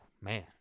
Man